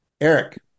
Eric